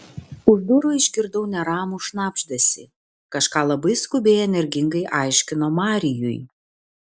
už durų išgirdau neramų šnabždesį kažką labai skubiai energingai aiškino marijui